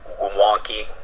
wonky